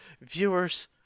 viewers